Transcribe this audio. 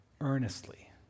earnestly